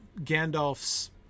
Gandalf's